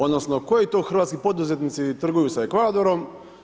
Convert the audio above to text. Odnosno koji to hrvatski poduzetnici trguju sa Ekvadorom?